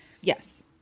yes